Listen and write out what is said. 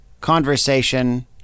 conversation